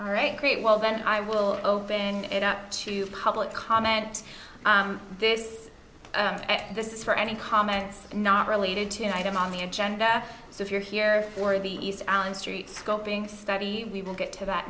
create well then i will open it up to public comment on this this is for any comments not related to an item on the agenda so if you're here for the east allen street scoping study we will get to that